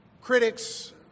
critics